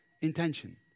intention